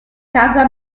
casa